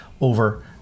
over